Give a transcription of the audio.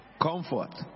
Comfort